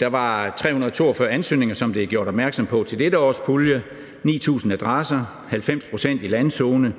Der var 342 ansøgninger, som der er blevet gjort opmærksom på, til dette års pulje, 9.000 adresser, 90 pct. i landzone,